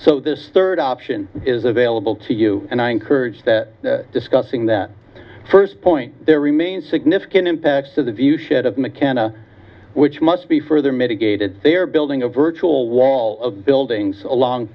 so this third option is available to you and i encourage that discussing that first point there remains significant impacts to the view shit of mckenna which must be further mitigated they are building a virtual wall of buildings along